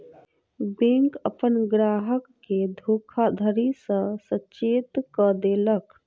bank अपन ग्राहक के धोखाधड़ी सॅ सचेत कअ देलक